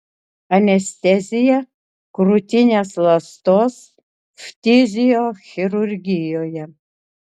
anestezija krūtinės ląstos ftiziochirurgijoje